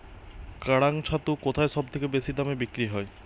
কাড়াং ছাতু কোথায় সবথেকে বেশি দামে বিক্রি হয়?